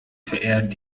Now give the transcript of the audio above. verehrt